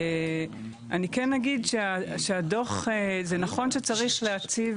אני כן אגיד שהדו"ח, זה נכון שצריך להציב